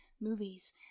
movies